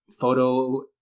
photo